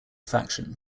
faction